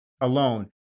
alone